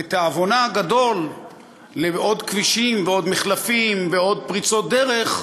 בתאבונה הגדול לעוד כבישים ועוד מחלפים ועוד פריצות דרך,